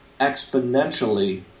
exponentially